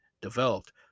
developed